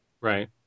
Right